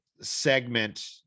segment